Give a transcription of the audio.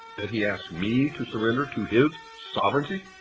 and he asks me to surrender to his sovereignty!